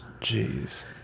Jeez